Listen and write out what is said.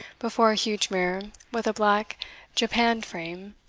before a huge mirror with a black japanned frame,